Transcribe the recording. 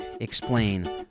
explain